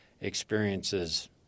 experiences